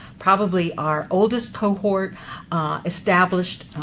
probably our oldest cohort established